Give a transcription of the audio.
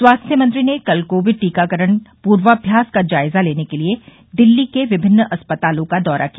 स्वास्थ्य मंत्री ने कल कोविड टीकाकरण पूर्वाम्यास का जायजा लेने के लिए दिल्ली के विभिन्न अस्पतालों का दौरा किया